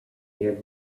near